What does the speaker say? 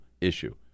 issue